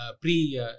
pre